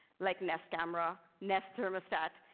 like nest camera, nest thermostat,